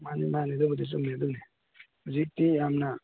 ꯃꯥꯅꯤ ꯃꯥꯅꯤ ꯑꯗꯨꯕꯨꯗꯤ ꯆꯨꯝꯃꯦ ꯑꯗꯨꯝꯗꯤ ꯍꯧꯖꯤꯛꯇꯤ ꯌꯥꯝꯅ